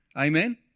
Amen